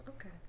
Okay